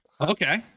Okay